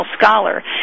scholar